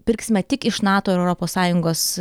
pirksime tik iš nato ir europos sąjungos